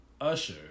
Usher